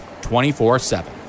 24-7